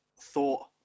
thought